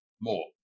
more